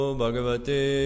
Bhagavate